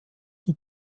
die